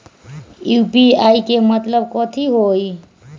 UPI के मतलब कथी होई?